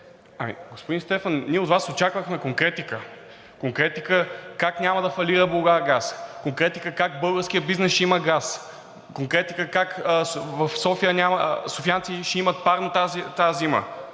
господин Стефанов, ние от Вас очаквахме конкретика, конкретика как няма да фалира „Булгаргаз“, конкретика как българският бизнес ще има газ, конкретика как софиянци ще имат парно тази зима,